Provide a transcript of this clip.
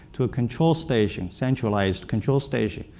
to a control station centralized control station,